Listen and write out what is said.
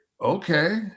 okay